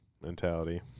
mentality